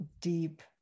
deep